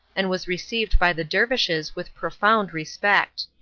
and was received by the dervishes with profound respect.